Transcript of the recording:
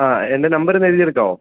എൻ്റെ നമ്പര് ഒന്ന് എഴുതി എടുക്കാമോ